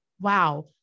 wow